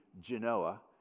Genoa